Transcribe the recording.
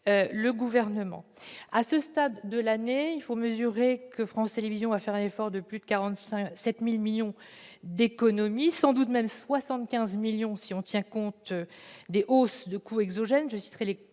le Gouvernement. À ce stade de l'année, il faut mesurer que France Télévisions va faire un effort de plus de 47 millions d'euros d'économies- sans doute même 75 millions d'euros si l'on tient compte des hausses des coûts exogènes, contrats